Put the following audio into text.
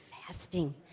fasting